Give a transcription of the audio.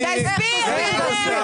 תסביר איך.